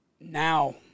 now